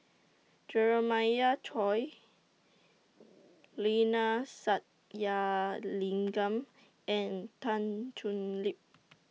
Jeremiah Choy Neila Sathyalingam and Tan Thoon Lip